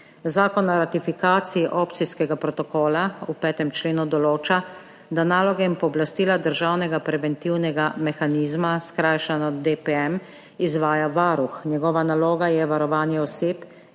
Zakon o ratifikaciji Opcijskega protokola v 5. členu določa, da naloge in pooblastila Državnega preventivnega mehanizma, skrajšano DPM, izvaja Varuh, njegova naloga je varovanje oseb,